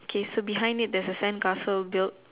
okay so behind it there's a sandcastle built